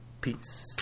Peace